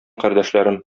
кардәшләрем